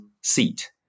seat